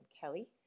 Kelly